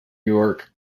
york